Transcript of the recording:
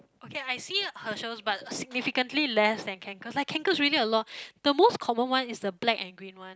okay I see Herschel but significantly less then Kanken like Kanken is really a lot the most common one is the black and green one